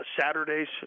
Saturdays